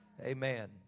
Amen